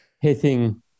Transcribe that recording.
hitting